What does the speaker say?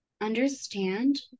Understand